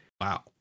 Wow